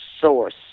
source